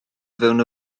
fewn